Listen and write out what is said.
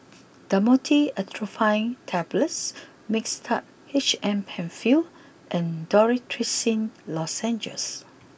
Dhamotil Atropine Tablets Mixtard H M Penfill and Dorithricin Lozenges